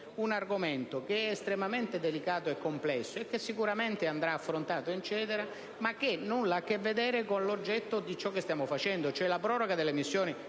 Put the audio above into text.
un argomento che è estremamente delicato e complesso e che sicuramente dovrà essere affrontato, ma che nulla ha a che vedere con l'oggetto del testo su cui stiamo discutendo, cioè la proroga delle missioni